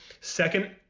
Second